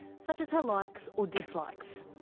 such as her likes or dislikes.